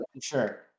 Sure